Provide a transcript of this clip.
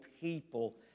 people